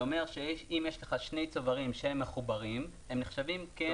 זה אומר שאם יש לך שני צוברים מחוברים הם נחשבים כאחד.